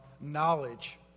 knowledge